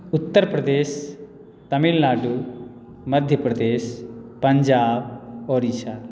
Uttar Pradesh Tamil Nadu Madhya Pradesh Punjab Orissa